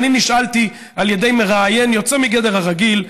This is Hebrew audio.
נשאלתי על ידי מראיין יוצא מגדר הרגיל,